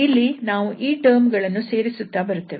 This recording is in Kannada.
ಇಲ್ಲಿ ನಾವು ಈ ಟರ್ಮ್ ಗಳನ್ನು ಸೇರಿಸುತ್ತಾ ಬರುತ್ತೇವೆ